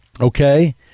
Okay